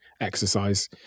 exercise